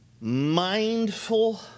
mindful